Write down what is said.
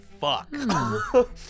fuck